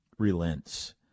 Relents